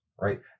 right